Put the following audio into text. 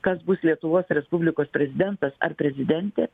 kas bus lietuvos respublikos prezidentas ar prezidentė